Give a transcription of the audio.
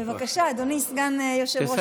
בבקשה, אדוני סגן יושב-ראש הכנסת.